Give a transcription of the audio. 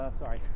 sorry